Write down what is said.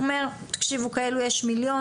הוא אומר כאלה יש מיליונים,